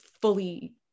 fully